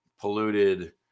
polluted